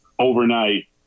Overnight